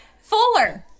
Fuller